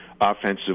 offensive